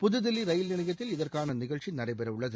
புதுதில்லி rail நிலையத்தில் இதற்கான நிகழ்ச்சி நடைபெறவுள்ளது